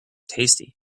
tasty